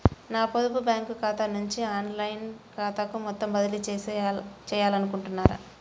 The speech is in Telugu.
నా పొదుపు బ్యాంకు ఖాతా నుంచి లైన్ ఖాతాకు మొత్తం బదిలీ చేయాలనుకుంటున్నారా?